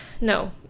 no